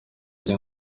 bye